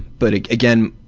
but again,